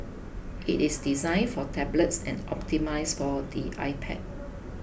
it is designed for tablets and optimised for the iPad